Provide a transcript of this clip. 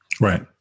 Right